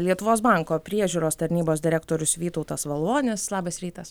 lietuvos banko priežiūros tarnybos direktorius vytautas valvonis labas rytas